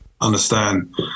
understand